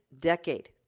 decade